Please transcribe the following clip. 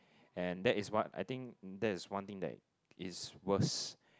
and that is what I think that is one thing that is worst